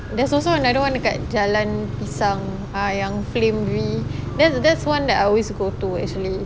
there's also another one dekat jalan pisang yang Flame V that's that's one I always go to actually